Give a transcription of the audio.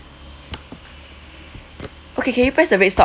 okay can you press the red stop